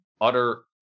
utter